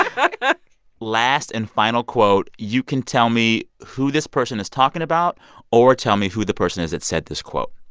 ah but last and final quote you can tell me who this person is talking about or tell me who the person is that said this quote.